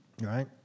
right